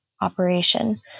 operation